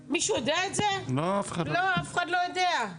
לא, אף אחד לא יודע.